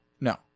No